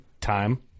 time